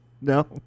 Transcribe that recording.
No